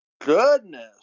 goodness